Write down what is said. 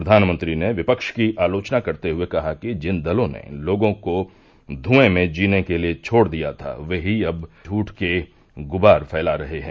प्रधानमंत्री ने विपक्ष की आलोचना करते हुए कहा कि जिन दलों ने लोगों को धूएं में जीने के लिए छोड़ दिया था वे ही अब झूठ के गुबार फैला रहे हैं